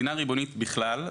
מדינה ריבונית בכלל,